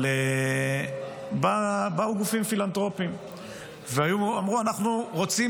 אבל באו גופים פילנתרופיים ואמרו: אנחנו רוצים